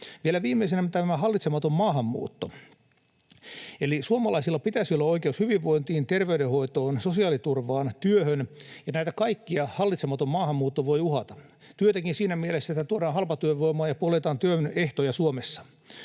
Vielä viimeisenä tämä hallitsematon maahanmuutto. Eli suomalaisilla pitäisi olla oikeus hyvinvointiin, terveydenhoitoon, sosiaaliturvaan ja työhön. Näitä kaikkia hallitsematon maahanmuutto voi uhata — työtäkin siinä mielessä, että tuodaan halpatyövoimaa ja poljetaan työn ehtoja Suomessa.